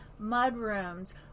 mudrooms